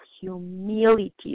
humility